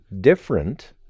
different